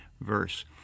verse